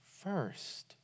first